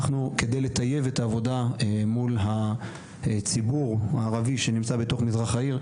אנחנו כדי לטייב את העבודה מול הציבור הערבי שנמצא בתוך מזרח העיר,